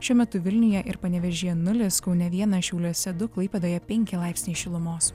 šiuo metu vilniuje ir panevėžyje nulis kaune vienas šiauliuose du klaipėdoje penki laipsniai šilumos